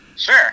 Sure